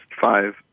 five